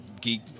geek